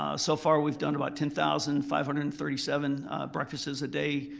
ah so far we've done about ten thousand five hundred and thirty seven breakfasts a day.